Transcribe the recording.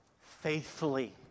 faithfully